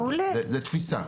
זו תפיסה.